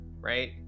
right